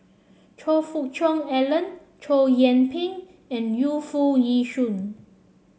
Choe Fook Cheong Alan Chow Yian Ping and Yu Foo Yee Shoon